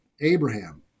Abraham